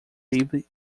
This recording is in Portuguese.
livre